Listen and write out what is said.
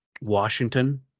Washington